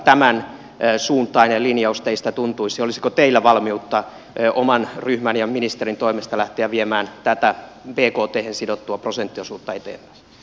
miltä tämänsuuntainen linjaus teistä tuntuisi olisiko teillä valmiutta oman ryhmän ja ministerin toimesta lähteä viemään tätä bkthen sidottua prosenttiosuutta eteenpäin